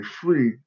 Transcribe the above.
free